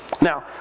now